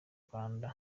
rwanda